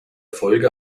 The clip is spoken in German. folge